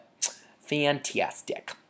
Fantastic